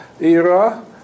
era